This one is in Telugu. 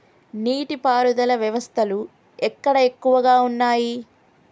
నీటి పారుదల వ్యవస్థలు ఎక్కడ ఎక్కువగా ఉన్నాయి?